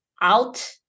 out